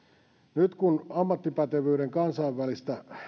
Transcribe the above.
nyt kun ammattipätevyyden kansainvälistä